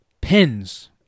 pins